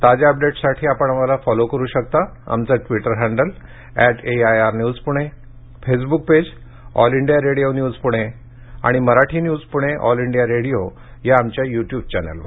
ताज्या अपडेट्ससाठी आपण आम्हाला फॉलो करु शकता आमचं Twitter handle at AIR news Pune Facebook page All India Radio news Pune आणि Marathi news Pune All India Radio या आमच्या युट्युब चॅनेलवर